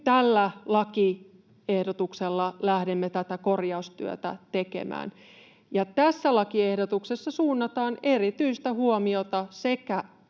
tällä lakiehdotuksella lähdemme tätä korjaustyötä tekemään. Tässä lakiehdotuksessa suunnataan erityistä huomiota sekä